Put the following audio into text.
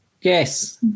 yes